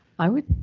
i would.